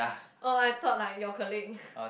oh I thought like your colleague